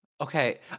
Okay